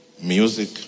Music